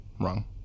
Wrong